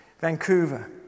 Vancouver